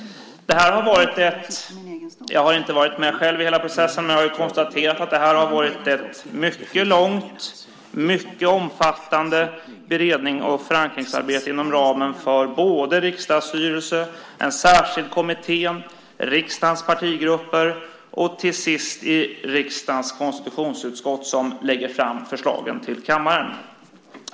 Det här har varit - jag har inte själv varit med under hela processen - ett mycket långt och omfattande berednings och förankringsarbete inom ramen för riksdagsstyrelse, en särskild kommitté, riksdagens partigrupper och till sist riksdagens konstitutionsutskott som lägger fram förslagen till kammaren.